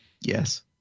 Yes